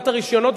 לשיטת הרשיונות,